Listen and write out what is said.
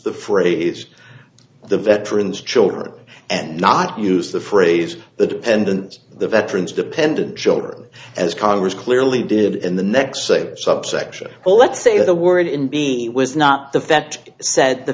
the phrase the veterans children and not use the phrase the dependent the veterans dependent children as congress clearly did in the next say subsection or let's say the word in be was not the vet said th